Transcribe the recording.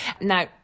Now